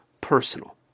personal